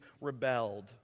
rebelled